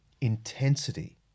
intensity